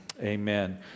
amen